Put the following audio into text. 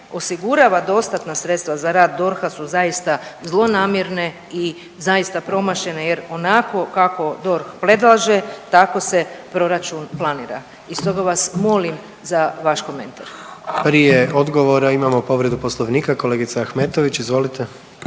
osigurava dostatna sredstva za rad DORH-a su zaista zlonamjerne i zaista promašene jer onako kako DORH predlaže tako se proračun planira i stoga vas molim za vaš komentar. **Jandroković, Gordan (HDZ)** Prije odgovora imamo povredu poslovnika, kolegice Ahmetović izvolite.